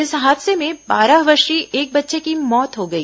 इस हादसे में बारह वर्षीय एक बच्चे की मौत हो गई